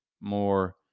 more